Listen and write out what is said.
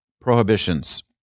prohibitions